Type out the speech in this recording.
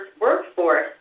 workforce